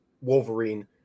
Wolverine